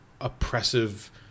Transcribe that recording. oppressive